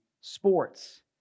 sports